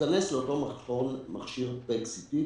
ייכנס לאותו מכון מכשיר PET-CT,